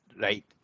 right